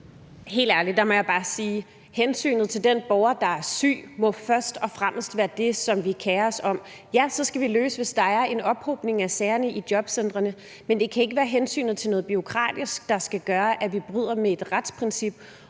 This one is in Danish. Helt ærligt, der må jeg bare sige, at hensynet til den borger, der er syg, først og fremmest må være det, som vi kerer os om. Ja, så skal vi løse det, hvis der er en ophobning af sagerne i jobcentrene, men det kan ikke være hensynet til noget bureaukratisk, der skal gøre, at vi bryder med et retsprincip